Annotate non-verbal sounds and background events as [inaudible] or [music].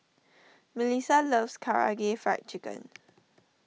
Mellisa loves Karaage Fried Chicken [noise]